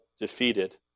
defeated